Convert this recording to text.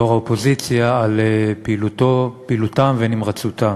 ראש האופוזיציה, על פעילותם ונמרצותם.